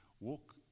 walk